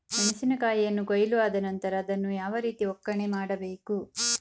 ಮೆಣಸಿನ ಕಾಯಿಯನ್ನು ಕೊಯ್ಲು ಆದ ನಂತರ ಅದನ್ನು ಯಾವ ರೀತಿ ಒಕ್ಕಣೆ ಮಾಡಬೇಕು?